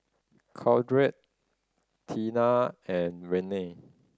Caltrate Tena and Rene